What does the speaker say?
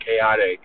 chaotic